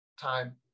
time